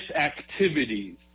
activities